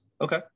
Okay